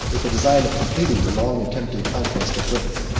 with a design of completing the long attempted conquest of britain.